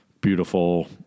beautiful